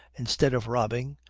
instead of robbing,